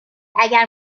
اگر